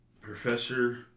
Professor